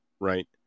right